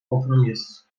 compromisso